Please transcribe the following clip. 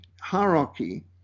hierarchy